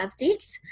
Updates